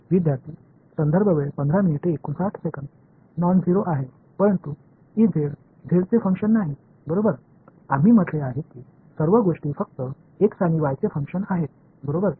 विद्यार्थीः नॉनझेरो आहे परंतु झेडचे फंक्शन नाही बरोबर आम्ही म्हटले आहे की सर्व गोष्टी फक्त x आणि y चे फंक्शन आहेत बरोबर